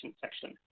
section